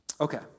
Okay